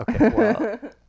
okay